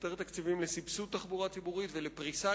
יותר תקציבים לסבסוד תחבורה ציבורית ולפריסה